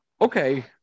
okay